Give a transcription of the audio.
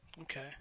Okay